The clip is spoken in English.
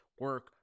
Work